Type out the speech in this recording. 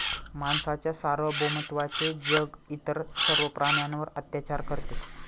माणसाच्या सार्वभौमत्वाचे जग इतर सर्व प्राण्यांवर अत्याचार करते